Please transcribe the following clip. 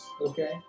Okay